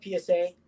PSA